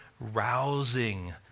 rousing